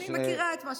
אני מכירה את זה.